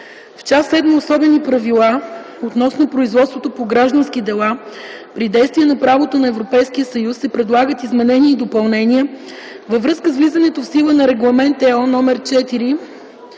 В част седма „Особени правила относно производството по граждански дела при действие на правото на Европейския съюз” се предлагат изменения и допълнения във връзка с влизането в сила на Регламент (ЕО) №